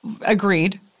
agreed